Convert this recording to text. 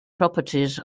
properties